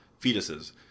fetuses